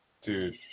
Dude